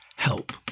Help